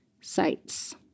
sites